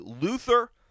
Luther